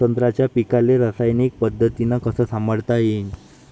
संत्र्याच्या पीकाले रासायनिक पद्धतीनं कस संभाळता येईन?